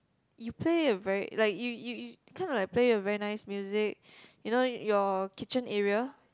you play a very like you you you kind of like play a very nice music you know your kitchen area